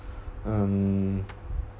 mmhmm